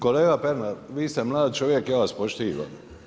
Kolega Pernar, vi ste mlad čovjek, ja vas poštivam.